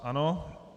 Ano.